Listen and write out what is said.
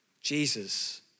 Jesus